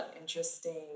interesting